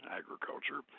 agriculture